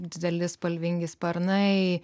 dideli spalvingi sparnai